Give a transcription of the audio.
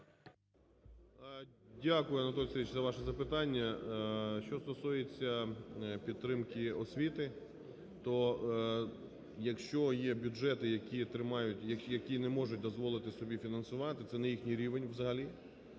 Дякую, Анатолій Сергійович, за ваше запитання. Що стосується підтримки освіти, то, якщо є бюджети, які тримають, які не можуть дозволити собі фінансувати, це не їхній рівень взагалі.